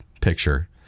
picture